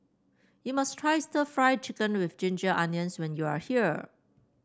you must try Stir Fried Chicken with Ginger Onions when you are here